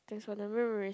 thanks for the memories